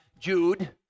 Jude